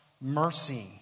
mercy